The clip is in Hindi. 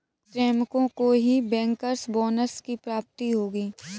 कुछ श्रमिकों को ही बैंकर्स बोनस की प्राप्ति होगी